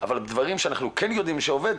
אבל דברים שאנחנו כן יודעים שעובדים,